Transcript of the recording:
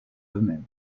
domaine